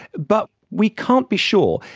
but we can't be sure.